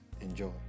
Enjoy